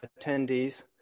attendees